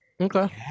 okay